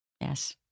Yes